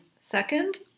second